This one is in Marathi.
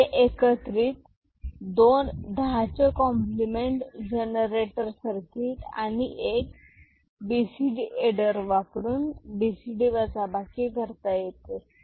म्हणजे एकत्रित दोन दहा चे complement generator circuit 10s compliment generater आणि एक बीसीडी एडर वापरून बीसीडी वजाबाकी करता येते